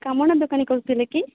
କମଣ ଦୋକାନୀ କହୁଥିଲେ କି